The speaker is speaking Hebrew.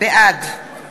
בעד